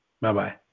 Bye-bye